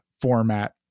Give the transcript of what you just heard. format